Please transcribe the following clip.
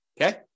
okay